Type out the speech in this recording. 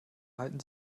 halten